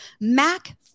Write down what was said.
Mac